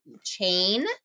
chain